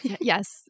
yes